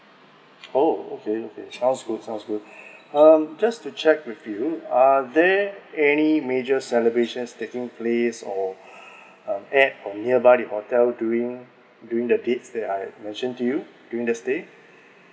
oh okay okay sounds good sounds good um just to check with you are there any major celebrations taking place or um at or nearby the hotel during during the date that I mentioned to you during the stay